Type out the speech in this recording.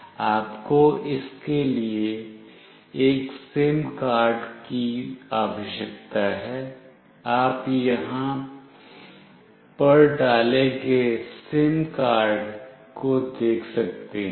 आपको इसके लिए एक सिम कार्ड की आवश्यकता है आप यहां पर डाले गए सिम कार्ड को देख सकते हैं